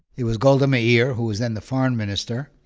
it was golda ah yeah meir, who was then the foreign minister,